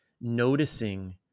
noticing